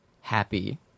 happy